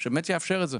לא מספיק ולא מתקרב לזה,